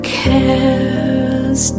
care's